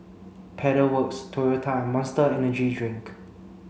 Pedal Works Toyota Monster Energy Drink